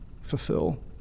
fulfill